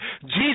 Jesus